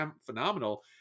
phenomenal